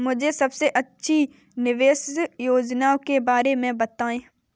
मुझे सबसे अच्छी निवेश योजना के बारे में बताएँ?